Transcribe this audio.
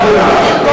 גם וגם.